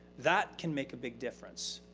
that can make a big difference.